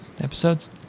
episodes